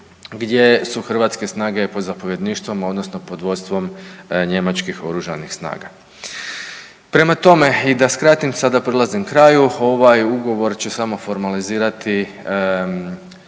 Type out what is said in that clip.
gdje su hrvatske snage pod zapovjedništvom odnosno pod vodstvom njemačkih oružanih snaga. Prema tome i da skratim, sada prilazim kraju, ovaj Ugovor će samo formalizirati